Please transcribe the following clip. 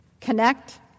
connect